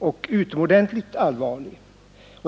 är utomordentligt allvarlig.